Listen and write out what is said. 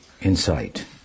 insight